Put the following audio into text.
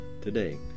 Today